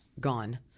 gone